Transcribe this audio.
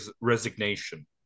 resignation